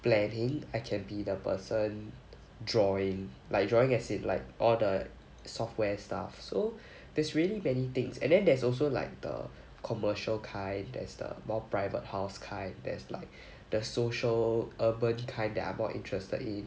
planning I can be the person drawing like drawing as in like all the software stuff so there's really many things and then there's also like the commercial kind there's the more private house kind there's like the social urban kind that I'm more interested in